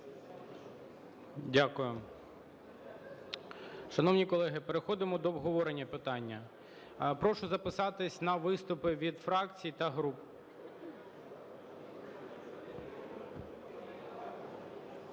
Дякую. Шановні колеги, переходимо до обговорення питання. Прошу записатись на виступи від фракцій та груп. Федина